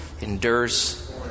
endures